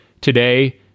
today